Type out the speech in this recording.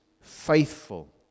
faithful